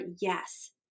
yes